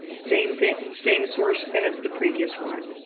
same thing, same source as the previous one.